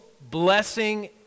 blessing